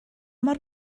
mor